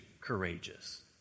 courageous